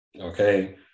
okay